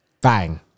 bang